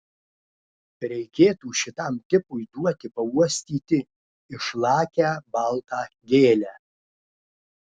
reikėtų šitam tipui duoti pauostyti išlakią baltą gėlę